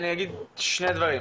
אני אגיד שני דברים,